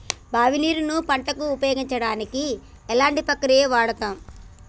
బావి నీరు ను పంట కు ఉపయోగించడానికి ఎలాంటి ప్రక్రియ వాడుతం?